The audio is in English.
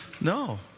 No